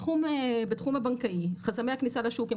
בתחום הבנקאי חסמי הכניסה לשוק הם